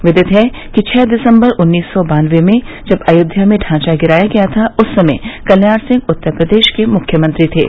विदित है कि छह दिसम्बर उन्नीस सौ बांनवे में जब अयोध्या में ढांचा गिराया गया था उस समय कल्याण सिंह उत्तर प्रदेश के मुख्यमंत्री थे